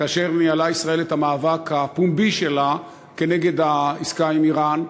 כאשר ישראל ניהלה את המאבק הפומבי שלה נגד העסקה עם איראן,